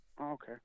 Okay